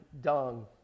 dung